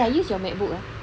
eh I use your MacBook ah